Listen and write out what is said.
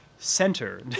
center